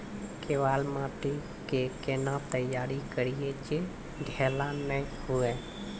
केवाल माटी के कैना तैयारी करिए जे ढेला नैय हुए?